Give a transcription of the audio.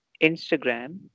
Instagram